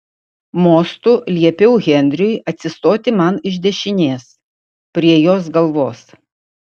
mostu liepiau henriui atsistoti man iš dešinės prie jos galvos